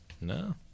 No